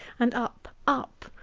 and up, up,